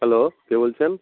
hello কে বলছেন